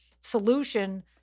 solution